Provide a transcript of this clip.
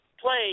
play